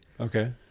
Okay